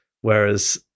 whereas